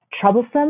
troublesome